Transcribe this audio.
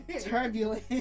turbulent